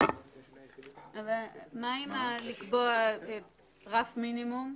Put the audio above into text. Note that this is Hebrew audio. מה עם לקבוע רף מינימום?